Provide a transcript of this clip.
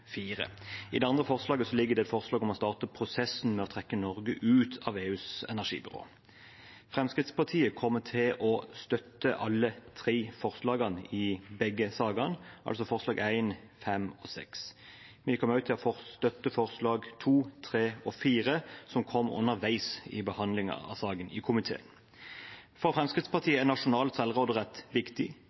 I det andre forslaget ligger det et forslag om å starte prosessen med å trekke Norge ut av EUs energibyrå. Fremskrittspartiet kommer til å støtte alle tre forslagene i begge sakene, altså forslag 1, 5 og 6. Vi kommer også til å støtte forslag 2, 3 og 4, som kom underveis i behandlingen av saken i komiteen. For Fremskrittspartiet er nasjonal selvråderett viktig.